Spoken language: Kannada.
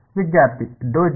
ವಿದ್ಯಾರ್ಥಿ